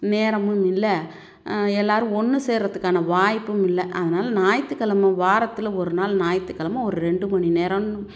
நேரமும் இல்லை எல்லோரும் ஒன்று சேர்றதுக்கான வாய்ப்பும் இல்லை அதனால் ஞாயித்துக்கிலம வாரத்தில் ஒரு நாள் ஞாயித்துக்கிலம ஒரு ரெண்டு மணி நேரம்